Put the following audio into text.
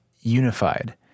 unified